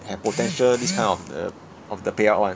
have potential this kind of of the payout [one]